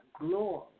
glory